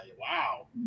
Wow